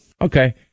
Okay